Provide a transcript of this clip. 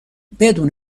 بدون